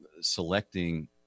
selecting